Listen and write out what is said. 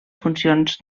funcions